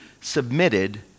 submitted